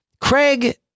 Craig